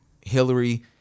Hillary